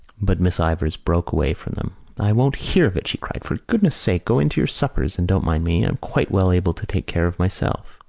but miss ivors broke away from them. i won't hear of it, she cried. for goodness' sake go in to your suppers and don't mind me. i'm quite well able to take care of myself.